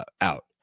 out